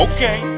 Okay